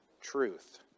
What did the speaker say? truth